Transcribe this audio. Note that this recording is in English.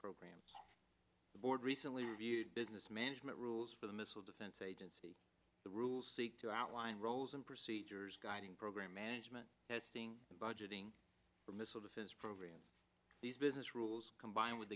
programs the board recently reviewed business management rules for the missile defense agency the rules to outline roles and procedures guiding program management testing and budgeting for missile defense program these business rules combined with